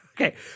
Okay